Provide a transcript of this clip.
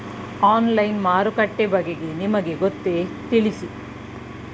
Online ಮಾರುಕಟ್ಟೆ ಬಗೆಗೆ ನಿಮಗೆ ಗೊತ್ತೇ? ತಿಳಿಸಿ?